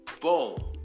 boom